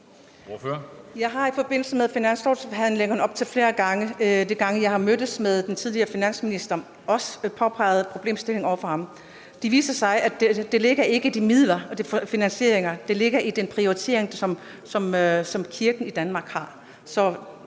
Jeg har i forbindelse med finanslovsforhandlingerne op til flere gange, de gange, jeg har mødtes med den tidligere finansminister, også påpeget problemstillingen over for ham. Det viser sig, at der ikke ligger de midler, den finansiering, der. Det ligger i den prioritering, som kirken i Danmark